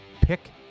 pick